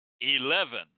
eleven